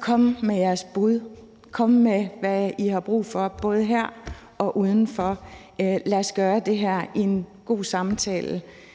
Kom med jeres bud, kom med, hvad I har brug for, både her og udenfor, og lad os gøre det her i en god samtale –